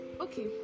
Okay